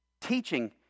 teaching